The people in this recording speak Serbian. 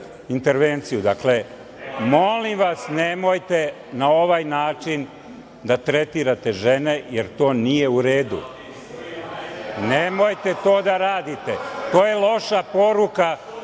intervenciju. Molim vas nemojte na ovaj način da tretirate žene, jer to nije u redu. Nemojte to da radite. To je loša poruka